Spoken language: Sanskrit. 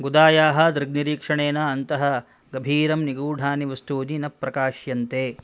गुदायाः दृग्निरीक्षणेन अन्तः गभीरं निगूढानि वस्तूनि न प्रकाश्यन्ते